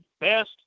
best